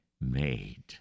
made